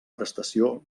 prestació